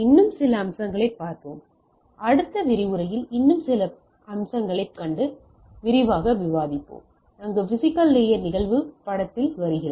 இன்று சில அம்சங்களைப் பார்ப்போம் அடுத்த விரிவுரையில் இன்னும் சில அம்சங்களைக் காண்போம் அங்கு பிஸிக்கல் லேயர் நிகழ்வு படத்தில் வருகிறது